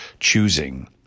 choosing